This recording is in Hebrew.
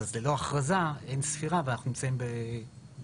ללא הכרזה אין ספירה ואנחנו נמצאים בחלל,